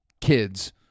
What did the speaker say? kids